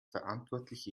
verantwortliche